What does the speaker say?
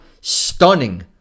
stunning